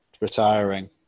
retiring